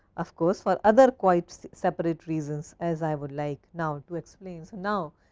of course, for other quite separate reasons as i would like now to explain. now,